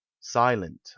silent